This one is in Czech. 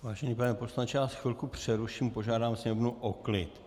Vážený pane poslanče, na chvilku vás přeruším a požádám sněmovnu o klid.